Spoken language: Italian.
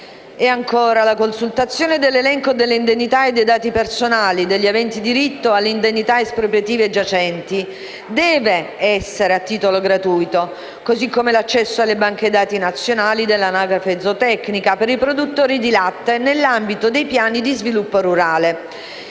la consultazione dell'elenco delle indennità e dei dati personali degli aventi diritto alle indennità espropriative giacenti, deve essere a titolo gratuito, così come l'accesso alle banche dati nazionali dell'anagrafe zootecnica per i produttori di latte nell'ambito dei piani di sviluppo rurale.